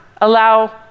allow